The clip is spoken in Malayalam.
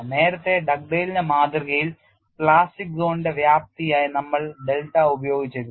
നേരത്തെ ഡഗ്ഡെയ്ലിന്റെ മാതൃകയിൽ പ്ലാസ്റ്റിക് സോണിന്റെ വ്യാപ്തിയായി നമ്മൾ ഡെൽറ്റ ഉപയോഗിച്ചിരുന്നു